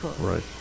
right